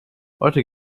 heute